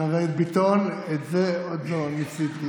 חבר הכנסת ביטון, את זה עוד לא ניסיתי.